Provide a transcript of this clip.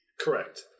Correct